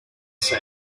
sea